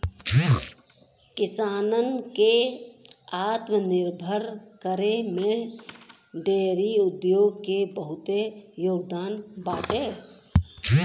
किसानन के आत्मनिर्भर करे में डेयरी उद्योग के बहुते योगदान बाटे